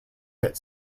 hit